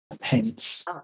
Hence